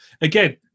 Again